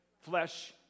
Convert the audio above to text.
flesh